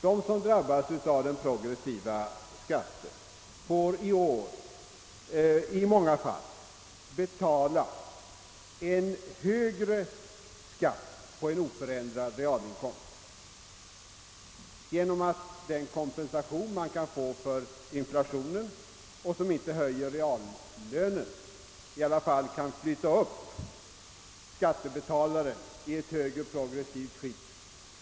De som drabbas av den progressiva skatten får i år många gånger betala en högre skatt på oförändrad realinkomst genom att den kompensation som kan utgå för inflationen och som inte höjer reallönen dock flyttar upp skattebetalaren i ett högre progressivt skikt.